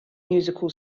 musical